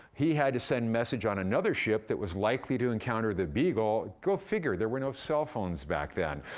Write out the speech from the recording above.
he had to send message on another ship that was likely to encounter the beagle. go figure there were no cell phones back then.